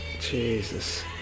Jesus